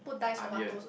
onion